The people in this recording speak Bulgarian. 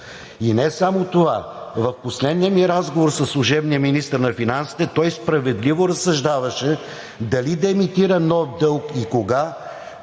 И не само това, в последния ми разговор със служебния министър на финансите той справедливо разсъждаваше дали да емитира нов дълг и кога,